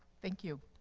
thank you.